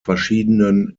verschiedenen